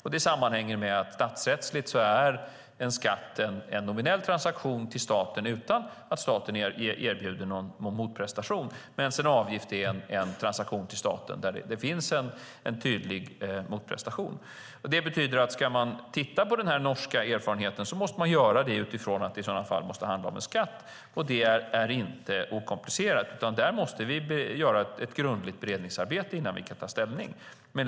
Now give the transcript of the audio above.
Statsrättsligt är en skatt en nominell transaktion till staten utan att staten erbjuder någon motprestation medan en avgift är en transaktion till staten där det finns en tydlig motprestation. Ska man titta på den norska erfarenheten måste man alltså göra det utifrån att det måste handla om en skatt, och det är inte okomplicerat. Där måste vi göra ett grundligt beredningsarbete innan vi kan ta ställning.